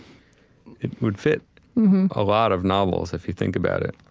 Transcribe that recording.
it would fit a lot of novels if you think about it.